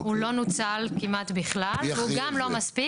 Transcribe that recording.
הוא לא נוצל כמעט בכלל, והוא גם לא מספיק.